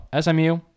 SMU